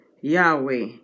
Yahweh